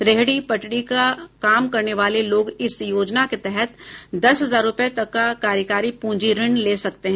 रेहड़ी पटरी का काम करने वाले लोग इस योजना के तहत दस हजार रूपये तक का कार्यकारी पूंजी ऋण ले सकते हैं